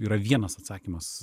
yra vienas atsakymas